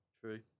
True